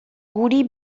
guri